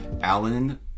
Alan